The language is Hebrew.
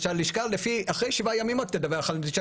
ושהלשכה אחרי שבעה ימים רק תדווח על זה,